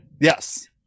yes